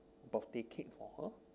birthday cake for her